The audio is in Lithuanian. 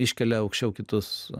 iškelia aukščiau kitus